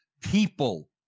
people